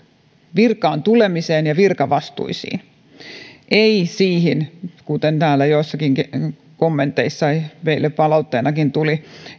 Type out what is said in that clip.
virkaan tulemiseen ja virkavastuisiin eivät siihen kuten täällä joissakin kommenteissa meille palautteenakin tuli